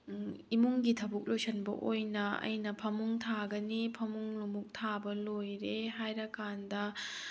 ꯏꯃꯨꯡꯒꯤ ꯊꯕꯛ ꯂꯣꯏꯁꯤꯟꯕ ꯑꯣꯏꯅ ꯑꯩꯅ ꯐꯃꯨꯡ ꯊꯥꯒꯅꯤ ꯐꯃꯨꯡ ꯑꯃꯨꯛ ꯊꯥꯕ ꯂꯣꯏꯔꯦ ꯍꯥꯏꯔꯀꯥꯟꯗ